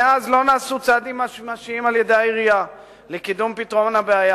מאז לא נעשו צעדים ממשיים על-ידי העירייה לקידום פתרון הבעיה,